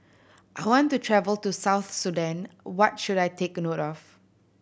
I want to travel to South Sudan what should I take note of